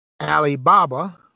Alibaba